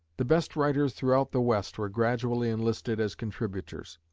the best writers throughout the west were gradually enlisted as contributors